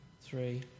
three